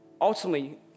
Ultimately